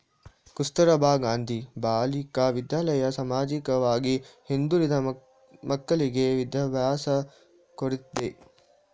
ಕಸ್ತೂರಬಾ ಗಾಂಧಿ ಬಾಲಿಕಾ ವಿದ್ಯಾಲಯ ಸಾಮಾಜಿಕವಾಗಿ ಹಿಂದುಳಿದ ಮಕ್ಕಳ್ಳಿಗೆ ವಿದ್ಯಾಭ್ಯಾಸ ಕೊಡ್ತಿದೆ